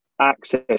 access